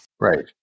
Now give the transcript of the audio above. Right